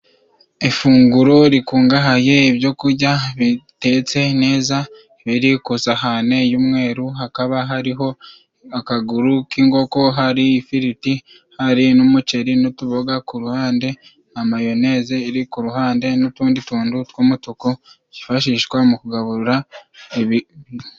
Ifunguro rikungahaye，ibyo kujya bitetse neza biri ku isahane y'umweru，hakaba hariho akaguru k'ingoko，hari ifiriti，hari n'umuceri n'utuboga ku ruhande，na mayoneze iri ku ruhande， n'utundi tunu tw'umutuku，twifashishwa mu kugaburira ibi....